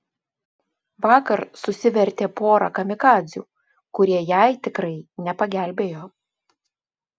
vakar susivertė porą kamikadzių kurie jai tikrai nepagelbėjo